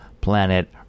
planet